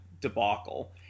debacle